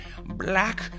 black